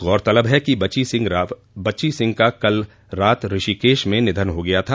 गौरतलब है कि बची सिंह का कल रात ऋषिकेश में निधन हो गया था